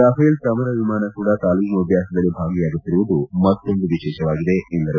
Rafale ಸಮರ ವಿಮಾನ ಕೂಡ ತಾಲೀಮು ಅಭ್ಯಾಸದಲ್ಲಿ ಭಾಗಿಯಾಗುತ್ತಿರುವುದು ಮತ್ತೊಂದು ವಿಶೇಷವಾಗಿದೆ ಎಂದರು